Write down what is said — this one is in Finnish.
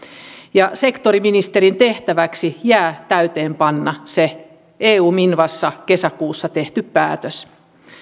sektoriministerin tehtäväksi jää panna täytäntöön se eu minvassa kesäkuussa tehty päätös